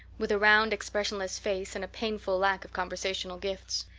with a round, expressionless face, and a painful lack of conversational gifts.